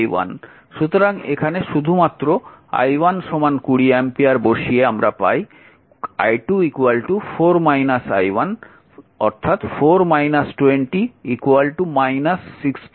সুতরাং এখানে শুধুমাত্র i1 20 অ্যাম্পিয়ার বসিয়ে পাই i2 4 i1 4 20 16 অ্যাম্পিয়ার